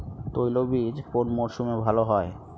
তৈলবীজ কোন মরশুমে ভাল হয়?